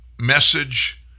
message